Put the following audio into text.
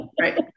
right